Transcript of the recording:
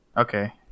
Okay